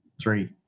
three